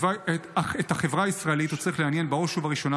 אך את החברה הישראלית הוא צריך לעניין בראש ובראשונה